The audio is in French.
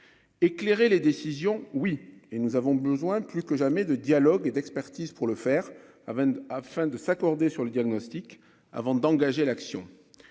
éclairer les décisions oui et nous avons besoin, plus que jamais, de dialogue et d'expertise pour le faire avant, afin de s'accorder sur le diagnostic avant d'engager l'action